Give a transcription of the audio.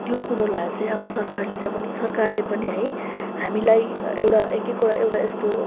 त्यो कुरोलाई चाहिँ अब सरकारले चाहिँ अब सरकारले पनि है हामीलाई एउटा एक एकवटा एउटा यस्तो